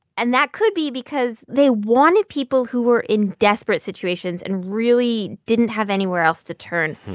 and that could be because they wanted people who were in desperate situations and really didn't have anywhere else to turn.